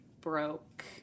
broke